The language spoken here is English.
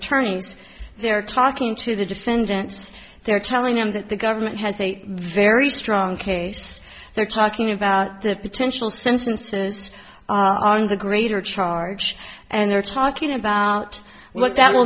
attorneys there talking to the defendants they're telling them that the government has a very strong case they're talking about the potential sentences on the greater charge and they're talking about what that